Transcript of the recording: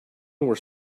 were